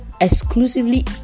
Exclusively